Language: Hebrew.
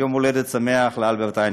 יום-הולדת שמח לאלברט איינשטיין.